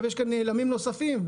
יש כאן נעלמים נוספים,